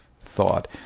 thought